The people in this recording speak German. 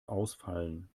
ausfallen